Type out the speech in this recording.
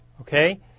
Okay